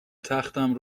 تختم